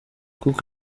cook